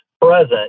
present